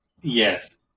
Yes